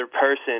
person